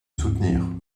soutenir